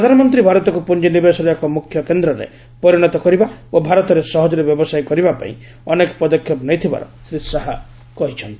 ପ୍ରଧାନମନ୍ତ୍ରୀ ଭାରତକୁ ପୁଞ୍ଜିନିବେଶର ଏକ ମୁଖ୍ୟ କେନ୍ଦ୍ରରେ ପରିଣତ କରିବା ଓ ଭାରତରେ ସହଜରେ ବ୍ୟବସାୟ କରିବାପାଇଁ ଅନେକ ପଦକ୍ଷେପ ନେଇଥିବାର ଶ୍ରୀ ଶାହା କହିଚ୍ଚନ୍ତି